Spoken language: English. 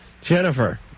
Jennifer